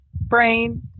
brain